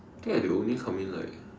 I think right they will only come in like